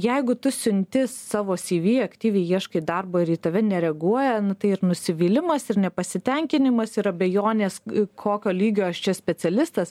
jeigu tu siunti savo cv aktyviai ieškai darbo ir į tave nereaguoja tai ir nusivylimas ir nepasitenkinimas ir abejonės kokio lygio aš čia specialistas